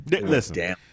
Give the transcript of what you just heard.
Listen